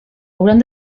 hauran